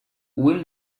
will